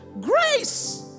Grace